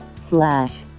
slash